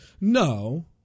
No